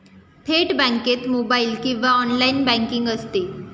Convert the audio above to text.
थेट बँकेत मोबाइल किंवा ऑनलाइन बँकिंग असते